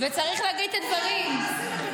--- עבריינים.